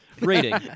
Rating